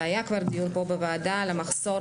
והיה כבר דיון פה בוועדה על המחסור